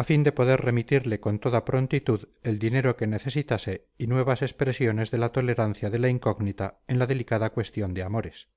a fin de poder remitirle con toda prontitud el dinero que necesitase y nuevas expresiones de la tolerancia de la incógnita en la delicada cuestión de amores